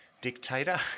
dictator